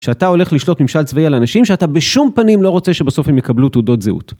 כשאתה הולך לשלוט ממשל צבאי על אנשים שאתה בשום פנים לא רוצה בשום פנים שהם יקבלו תעודות זהות.